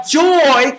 joy